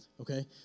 Okay